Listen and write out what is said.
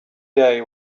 day